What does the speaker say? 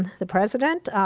the president,